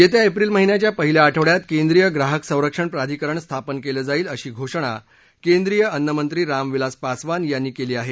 येत्या एप्रिल महिन्याच्या पहिल्या आठवड्यात केंद्रीय ग्राहक संरक्षण प्राधिकरण स्थापन केलं जाईल अशी घोषणा केंद्रीय अन्न मंत्री रामविलास पासवान यांनी केली आहे